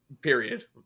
period